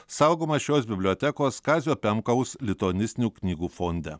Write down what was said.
saugomas šios bibliotekos kazio pemkaus lituanistinių knygų fonde